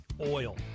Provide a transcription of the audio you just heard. oil